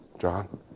John